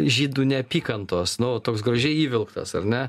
žydų neapykantos nu toks gražiai įvilktas ar ne